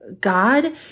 God